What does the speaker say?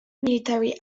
military